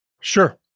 Sure